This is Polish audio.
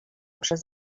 przez